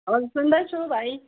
हजुर सुन्दैछु भाइ